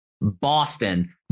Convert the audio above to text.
Boston